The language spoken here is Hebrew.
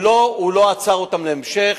הוא לא עצר אותם בהמשך,